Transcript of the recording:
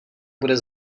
bude